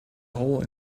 hole